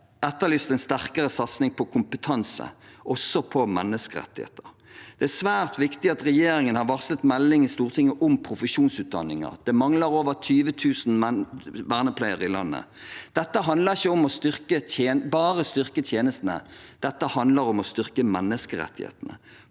etterlyst en sterkere satsing på kompetanse, også på menneskerettigheter. Det er svært viktig at regjeringen har varslet en melding til Stortinget om profesjonsutdanninger. Det mangler over 20 000 vernepleiere i landet. Dette handler ikke om bare å styrke tjenestene – dette handler om å styrke menneskerettighetene,